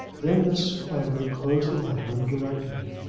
then mrs. clavering closed the letter and directed it.